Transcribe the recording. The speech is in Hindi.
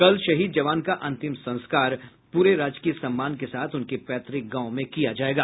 कल शहीद जवान का अंतिम संस्कार पूरे राजकीय सम्मान के साथ उनके पैतृक गांव में किया जायेगा